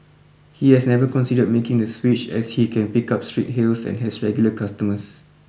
he has never considered making the switch as he can pick up street hails and has regular customers